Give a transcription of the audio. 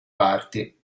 parti